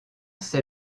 sait